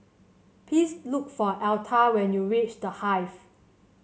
please look for Altha when you reach The Hive